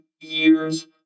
years